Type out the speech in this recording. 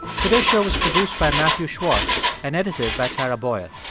today's show was produced by matthew schwartz and edited by tara boyle.